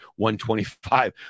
125